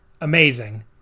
amazing